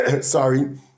sorry